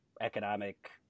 economic